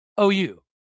OU